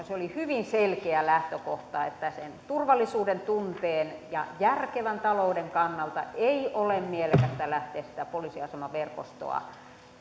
se oli hyvin selkeä lähtökohta että sen turvallisuudentunteen ja järkevän talouden kannalta ei ole mielekästä lähteä sitä poliisiasemaverkostoa